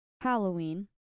Halloween